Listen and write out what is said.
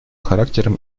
характером